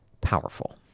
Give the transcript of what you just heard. powerful